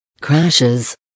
crashes